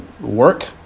work